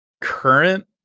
current